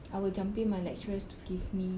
I will jampi my lecturers to give me